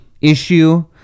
issue